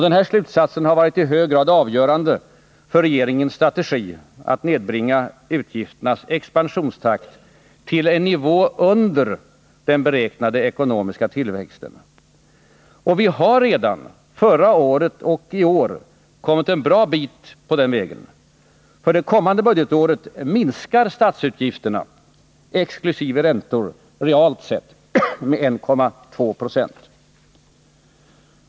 Denna slutsats har varit i hög grad avgörande för regeringens strategi att nedbringa utgifternas expansionstakt till en nivå under den beräknade ekonomiska tillväxten. Vi har redan förra året och i år kommit en bra bit på den vägen. För det kommande budgetåret minskar statsutgifterna exkl. räntor realt med 1,2 96.